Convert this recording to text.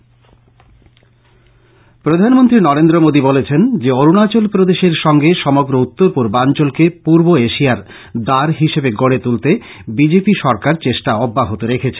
বিস্তারিত খবর প্রধানমন্ত্রী নরেন্দ্র মোদী বলেছেন যে অরুণাচল প্রদেশের সঙ্গে সমগ্র উত্তর পূর্বাঞ্চলকে পূর্ব এশিয়ার দ্বার হিসেবে গড়ে তুলতে বি জে পি সরকার চেষ্টা অব্যাহত রেখেছে